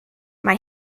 mae